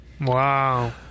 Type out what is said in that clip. Wow